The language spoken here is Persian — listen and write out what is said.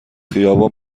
خیابان